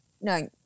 no